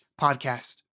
podcast